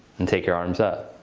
and take your arms up.